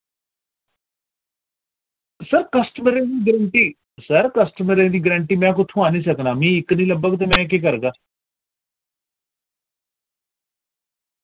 sir कस्टमरें दी guarantee sir कस्टमरें दी गरंटी में कुत्थोआं आह्नी सकना मि इक निं लब्बग ते में केह् करगा